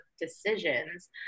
decisions